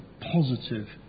positive